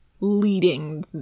leading